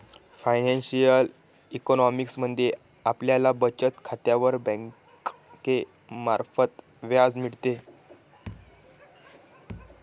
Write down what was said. financial economics मध्ये आपल्याला बचत खात्यावर बँकेमार्फत व्याज मिळते